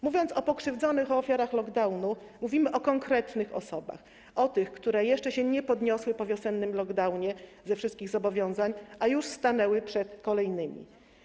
Mówiąc o pokrzywdzonych, o ofiarach lockdownu, opowiadamy o konkretnych osobach, o tych, które jeszcze nie podniosły się po wiosennym lockdownie ze wszystkich zobowiązań, a już stanęły przed kolejnymi.